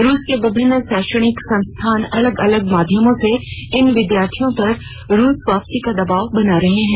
रूस के विभिन्न शैक्षणिक संस्थान अलग अलग माध्यमों से इन विद्यार्थियों पर रूस वापसी का दबाव बना रहे हैं